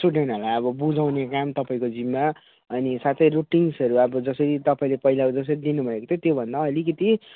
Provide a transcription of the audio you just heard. स्टुडेन्टहरूलाई अब बुझाउने काम तपाईँको जिम्मा अनि साथै रुटिन्सहरू अब जसरी तपाईँले पहिला जसरी दिनुभएको थियो त्योभन्दा अलिकति